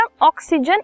oxygen